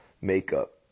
makeup